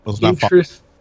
interest